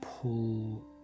pull